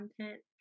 content